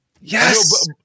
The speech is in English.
Yes